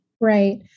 Right